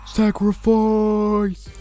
sacrifice